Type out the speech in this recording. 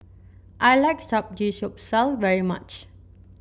I like Samgeyopsal very much